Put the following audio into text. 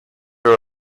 are